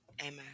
Amen